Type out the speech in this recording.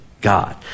God